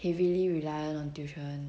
heavily reliant on tuition